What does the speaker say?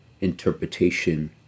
interpretation